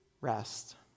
Rest